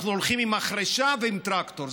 אנחנו הולכים עם מחרשה ועם טרקטור,